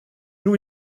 new